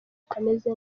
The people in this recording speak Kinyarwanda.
utameze